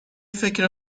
فکر